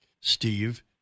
Steve